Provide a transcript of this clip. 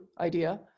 idea